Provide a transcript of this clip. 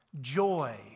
Joy